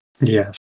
Yes